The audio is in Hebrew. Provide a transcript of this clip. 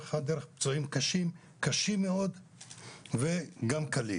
לאורך הדרך, פצועים קשה מאוד וגם פצועים קל.